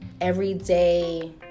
everyday